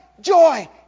Joy